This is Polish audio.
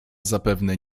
zapewne